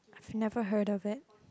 I've never heard of it